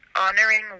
honoring